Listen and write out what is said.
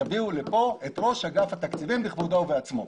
תביאו לפה את ראש אגף התקציבים בכבודו ובעצמו.